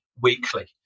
weekly